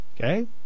Okay